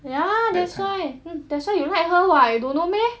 ya that's why that's why you like her [what] you don't know meh